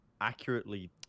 accurately